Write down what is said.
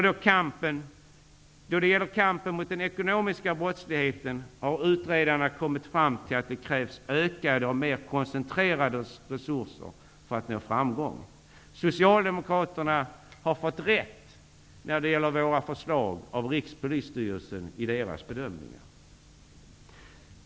Då det gäller kampen mot den ekonomiska brottsligheten har utredarna kommit fram till att det krävs ökade och mer koncentrerade resurser för att nå framgång. Vi socialdemokrater har fått rätt i våra förslag när Rikspolisstyrelsen gjort sina bedömningar.